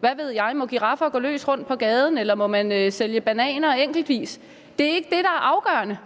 hvad ved jeg: Må giraffer gå løst rundt på gaden, eller må man sælge bananer enkeltvis? Det er ikke det, der er afgørende.